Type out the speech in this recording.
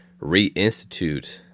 reinstitute